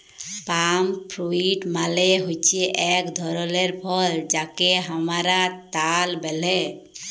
পাম fruit মালে হচ্যে এক ধরলের ফল যাকে হামরা তাল ব্যলে